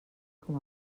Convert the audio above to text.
com